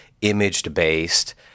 image-based